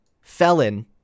felon